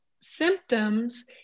symptoms